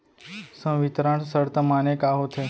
संवितरण शर्त माने का होथे?